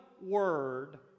word